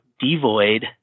devoid